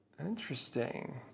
Interesting